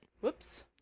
whoops